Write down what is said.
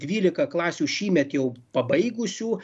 dvylika klasių šįmet jau pabaigusių